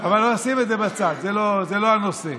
אבל נשים את זה בצד, זה לא הנושא.